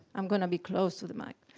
i'm gonna be close to the mic.